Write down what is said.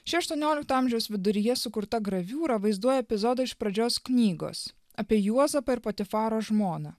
ši aštuoniolikto amžiaus viduryje sukurta graviūra vaizduoja epizodą iš pradžios knygos apie juozapą ir patifaro žmoną